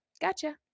Gotcha